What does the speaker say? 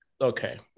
okay